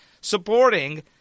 supporting